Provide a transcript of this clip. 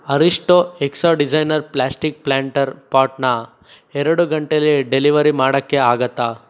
ಹರಿಸ್ಟೊ hexa designer plastic planter ಪಾಟ್ನ ಎರಡು ಗಂಟೇಲಿ ಡೆಲಿವರಿ ಮಾಡೋಕ್ಕೆ ಆಗುತ್ತಾ